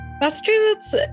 Massachusetts